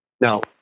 No